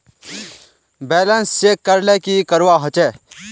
Balance check करले की करवा होचे?